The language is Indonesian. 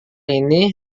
ini